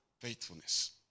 Faithfulness